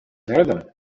народом